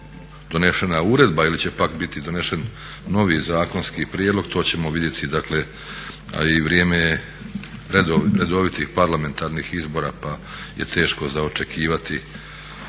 donesena uredba ili će pak biti donesen novi zakonski prijedlog to ćemo vidjeti dakle a i vrijeme je redovitih parlamentarnih izbora pa je teško za očekivati